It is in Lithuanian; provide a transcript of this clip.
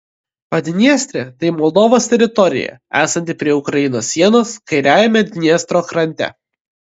padniestrė tai moldovos teritorija esanti prie ukrainos sienos kairiajame dniestro krante